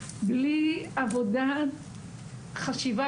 בלי עבודת חשיבה,